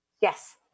yes